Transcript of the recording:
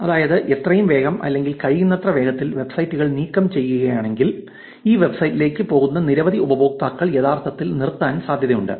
അതായത് എത്രയും വേഗം അല്ലെങ്കിൽ കഴിയുന്നത്ര വേഗത്തിൽ വെബ്സൈറ്റുകൾ നീക്കംചെയ്യുകയാണെങ്കിൽ ഈ വെബ്സൈറ്റിലേക്ക് പോകുന്ന നിരവധി ഉപയോക്താക്കൾ യഥാർത്ഥത്തിൽ നിർത്താൻ സാധ്യതയുണ്ട്